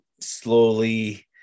slowly